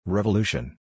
Revolution